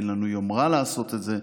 ואין לנו יומרה לעשות את זה,